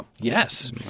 Yes